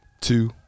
two